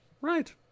right